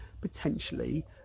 potentially